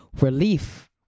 relief